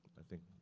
i think,